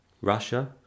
Russia